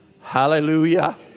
Hallelujah